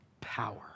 power